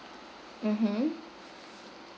mmhmm